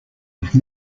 have